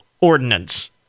ordinance